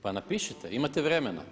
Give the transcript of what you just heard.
Pa napišite, imate vremena.